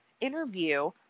interview